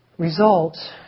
results